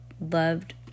loved